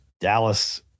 Dallas